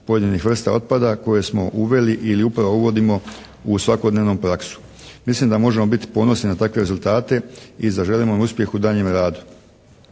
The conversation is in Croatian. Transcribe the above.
pojedinih vrsta otpada koje smo uveli ili upravo uvodimo u svakodnevnu praksu. Mislim da možemo biti ponosni na takve rezultate i zaželimo im uspjeh u daljnjem radu.